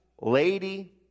lady